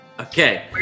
Okay